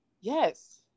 yes